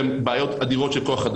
פער שהיא לא ידעה כל כך להסביר אותו,